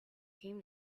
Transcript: came